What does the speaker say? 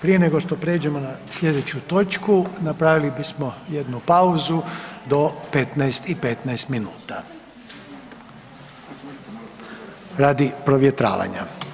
Prije nego što prijeđemo na sljedeću točku napravili bismo jednu pauzu do 1,15 minuta radi provjetravanja.